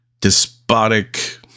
despotic